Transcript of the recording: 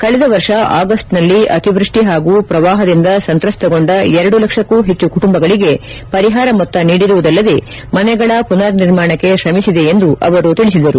ಕಳೆದ ವರ್ಷ ಆಗಸ್ಟ್ನಲ್ಲಿ ಅತಿವೃಷ್ಟಿ ಹಾಗೂ ಪ್ರವಾಹದಿಂದ ಸಂತ್ರಸ್ತಗೊಂದ ಎರಡು ಲಕ್ಷಕ್ಕೂ ಹೆಚ್ಚು ಕುಟುಂಬಗಳಿಗೆ ಪರಿಹಾರ ಮೊತ್ತ ನೀಡಿರುವುದಲ್ಲದೆ ಮನೆಗಳ ಪುನರ್ ನಿರ್ಮಾಣಕ್ಕೆ ಶ್ರಮಿಸಿದೆ ಎಂದು ಅವರು ತಿಳಿಸಿದರು